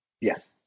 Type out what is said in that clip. Yes